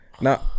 now